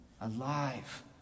Alive